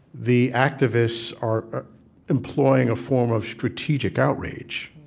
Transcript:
the activists are are employing a form of strategic outrage,